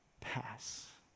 pass